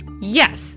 yes